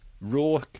raw